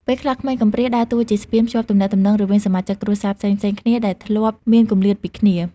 ពេលខ្លះក្មេងកំព្រាដើរតួជាស្ពានភ្ជាប់ទំនាក់ទំនងរវាងសមាជិកគ្រួសារផ្សេងៗគ្នាដែលធ្លាប់មានគម្លាតពីគ្នា។